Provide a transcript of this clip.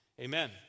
Amen